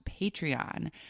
Patreon